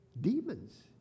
demons